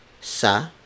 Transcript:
sa